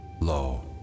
Lo